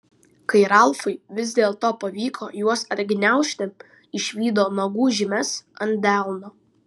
kai ralfui vis dėlto pavyko juos atgniaužti išvydo nagų žymes ant delno